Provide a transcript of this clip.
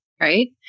right